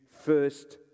first